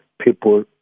people